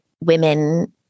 women